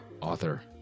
Author